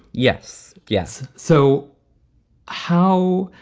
yes. yes. so how.